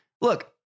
Look